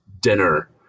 dinner